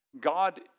God